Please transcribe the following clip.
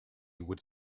would